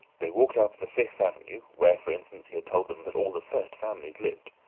they walked up the fifth avenue, where, for instance, he had told them that all the first families lived.